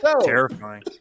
terrifying